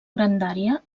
grandària